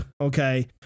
Okay